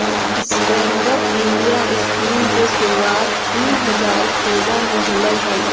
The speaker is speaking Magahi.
स्टैंडअप इंडिया स्कीम के शुरुआत दू हज़ार सोलह में होलय हल